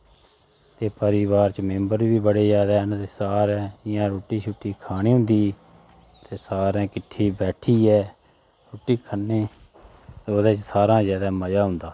ते परिवार च मेम्बर बा जादै न सारैं इयां रुट्टी शुट्टी खानी होंदी ते सारैं किट्ठी बैट्ठियै रुट्टी खन्ने ओह्दै च सारैं शा मज़ा होंदा